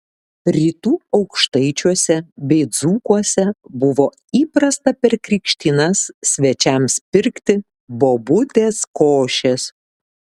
rytų aukštaičiuose bei dzūkuose buvo įprasta per krikštynas svečiams pirkti bobutės košės